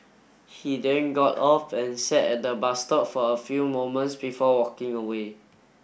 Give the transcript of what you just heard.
he then got off and sat at the bus stop for a few moments before walking away